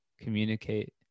communicate